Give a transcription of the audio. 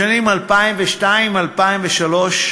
בשנים 2002 ו-2003,